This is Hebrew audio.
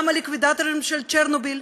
גם הליקווידטורים של צ'רנוביל,